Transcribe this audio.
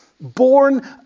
Born